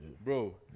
Bro